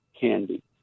candy